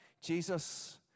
Jesus